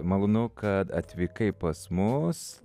malonu kad atvykai pas mus